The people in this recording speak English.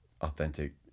authentic